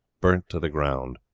burnt to the ground.